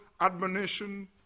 admonition